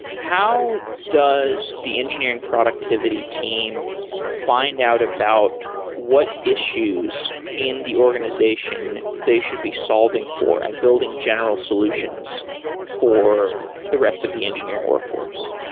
how does the engineering productivity team find out about what issues in the organization they should be solving for and building general solutions for the rest of the engineering workforce?